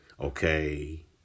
okay